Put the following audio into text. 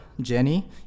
Jenny